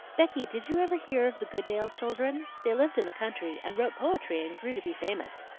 becky, did you ever hear of the goodale children? they lived in the country and wrote poetry and grew to be famous.